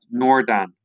Nordan